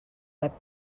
web